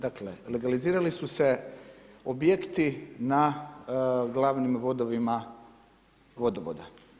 Dakle, legalizirali su se objekti na glavnim vodovima vodovoda.